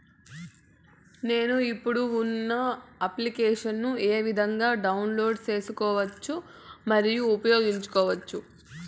నేను, ఇప్పుడు ఉన్న అప్లికేషన్లు ఏ విధంగా డౌన్లోడ్ సేసుకోవచ్చు మరియు ఉపయోగించొచ్చు?